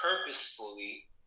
purposefully